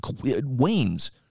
wanes